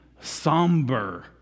somber